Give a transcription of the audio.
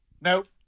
Nope